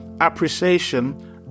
appreciation